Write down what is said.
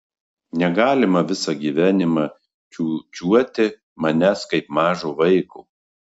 negalima visą gyvenimą čiūčiuoti manęs kaip mažo vaiko